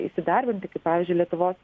įsidarbinti pavyzdžiui lietuvos